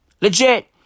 Legit